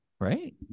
right